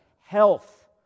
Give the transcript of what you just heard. health